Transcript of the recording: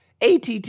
ATT